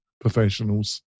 professionals